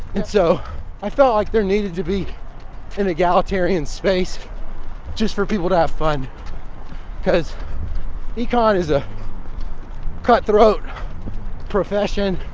and so i felt like there needed to be an egalitarian space just for people to have fun because econ is a cutthroat profession.